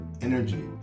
energy